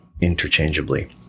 interchangeably